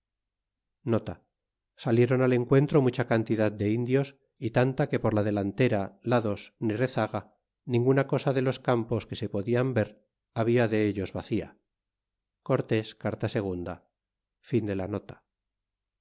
alanzeae salieron al encuentro mucha cantidad de indios y tanta que por la delantera lados ni rezaga ninguna cosa de los cam pos que se podlan ver habla de ellos vacia cortés carta ii